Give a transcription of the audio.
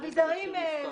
איזה אביזרים?